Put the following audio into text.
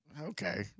Okay